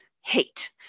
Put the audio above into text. hate